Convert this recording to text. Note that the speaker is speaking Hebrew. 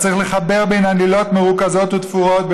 היה צריך לחבר עלילות מרוכזות ותפורות,